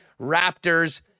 Raptors